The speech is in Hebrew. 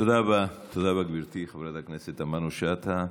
תודה לך, גברתי חברת הכנסת תמנו-שטה.